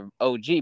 OG